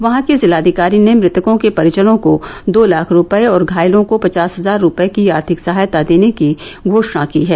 वहां के जिलाधिकारी ने मृतकों के परिजनों को दो लाख े रूपये और घायलों पचास हजार रूपये की आर्थिक सहायता देने की घो ाणा की है